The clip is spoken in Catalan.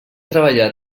treballar